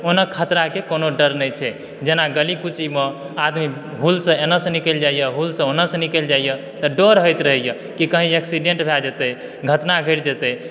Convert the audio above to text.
ओना ख़तरा के कोनो डर नहि छै जेना गली कूचीमे आदमी भूल सॅं एनौ सॅं निकलि जाइया भूल सॅं ओनौ सॅं निकलि जाइया तऽ डर होइत रहैया की कहीं एक्सीडेण्ट भए जेतै घटना घटि जेतै